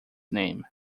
name